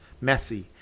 messy